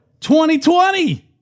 2020